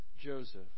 Joseph